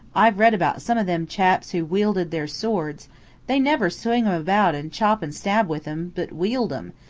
i've read about some of them chaps who wielded their swords they never swing em about and chop and stab with em, but wield em,